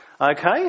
Okay